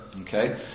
okay